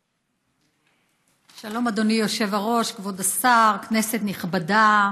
שלום, אדוני היושב-ראש,.כבוד השר, כנסת נכבדה,